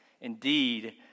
Indeed